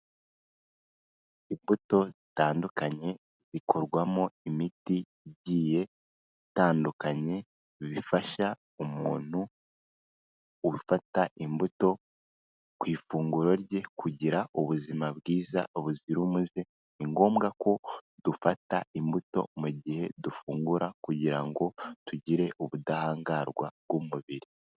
Imbuto zitandukanye zikorwamo imiti igiye itandukanye, bifasha umuntu gufata imbuto ku ifunguro rye, kugira ubuzima bwiza buzira umuze, ni ngombwa ko dufata imbuto mu gihe dufungura kugira ngo tugire ubudahangarwa bw'umubiri.